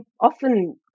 often